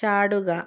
ചാടുക